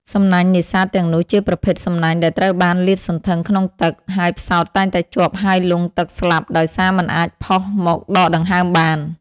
សំណាញ់នេសាទទាំងនោះជាប្រភេទសំណាញ់ដែលត្រូវបានលាតសន្ធឹងក្នុងទឹក ហើយផ្សោតតែងតែជាប់ហើយលង់ទឹកស្លាប់ដោយសារមិនអាចផុសមកដកដង្ហើមបាន។